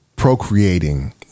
procreating